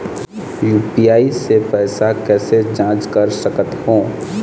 UPI से पैसा कैसे जाँच कर सकत हो?